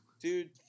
Dude